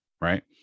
Right